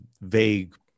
vague